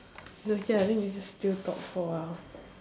it's okay I think we just still talk for a while